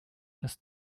dass